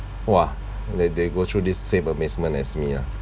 !wah! they they go through this same amazement as me lah